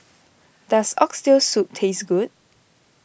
does Oxtail Soup taste good